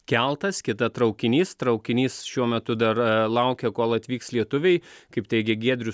keltas kita traukinys traukinys šiuo metu dar laukia kol atvyks lietuviai kaip teigė giedrius